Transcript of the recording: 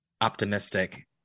optimistic